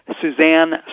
Suzanne